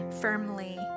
firmly